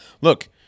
Look